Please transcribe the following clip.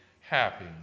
happy